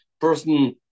Person